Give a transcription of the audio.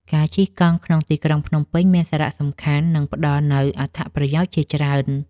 ការជិះកង់ក្នុងទីក្រុងភ្នំពេញ មានសារៈសំខាន់ និងផ្ដល់នូវអត្ថប្រយោជន៍ជាច្រើន។